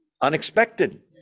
Unexpected